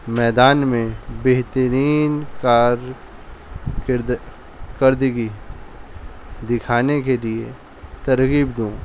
میدان میں بہترین کار کرد کردگی دکھانے کے لیے ترغیب دوں